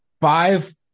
Five